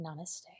Namaste